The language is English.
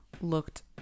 looked